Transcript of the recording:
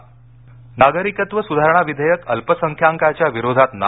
अमित शहा नागरिकत्व सुधारणा विधेयक अल्पसंख्याकांच्या विरोधात नाही